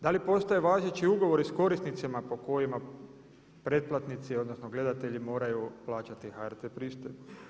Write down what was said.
Da li postoje važeći ugovori s korisnicima po kojima pretplatnici odnosno gledatelji moraju plaćati HRT pristojbu?